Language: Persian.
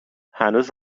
هنوز